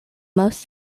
most